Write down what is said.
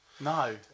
No